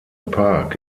park